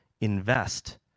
invest